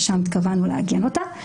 שם התכוונו לעגן אותה.